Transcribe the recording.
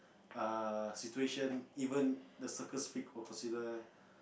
err situation even the circus freak will consider